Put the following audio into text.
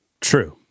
True